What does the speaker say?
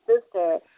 sister